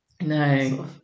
No